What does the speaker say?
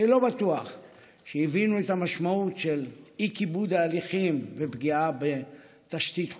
שלא בטוח שהבינו את המשמעות של אי-כיבוד ההליכים ופגיעה בתשתית חוקתית.